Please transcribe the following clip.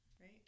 right